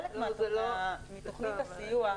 חלק מתוכנית הסיוע --- לא.